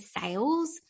sales